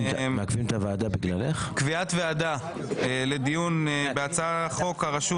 קביעת ועדה לדיון בהצעת חוק הרשות